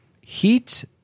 Heat